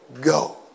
go